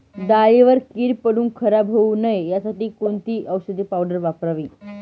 डाळीवर कीड पडून खराब होऊ नये यासाठी कोणती औषधी पावडर वापरावी?